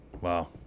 Wow